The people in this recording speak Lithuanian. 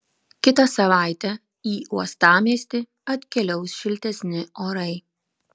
kitą savaitę į uostamiestį atkeliaus šiltesni orai